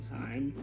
time